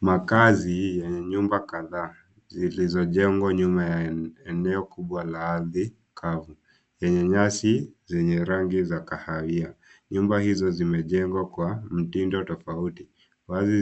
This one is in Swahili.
Makazi yenye nyumba kadhaa zilizojengwa nyuma ya eneo kubwa la ardhi kavu yenye nyasi zenye rangi ya kahawia. Nyumba hizo zimejengwa kwa mtindo tofauti